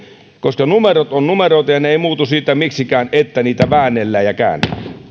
koska numerot ovat numeroita ja ne eivät muutu siitä miksikään että niitä väännellään ja käännellään